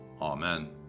Amen